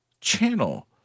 channel